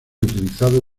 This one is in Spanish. utilizado